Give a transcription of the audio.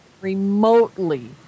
remotely